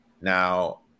Now